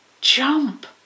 Jump